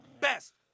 best